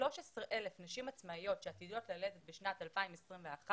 ל-13 אלף נשים עצמאיות שעתידות ללדת בשנת 2021,